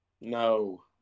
No